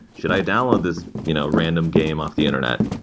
should i download this you know random game off the internet?